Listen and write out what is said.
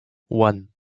one